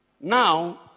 Now